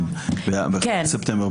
כן, בספטמבר.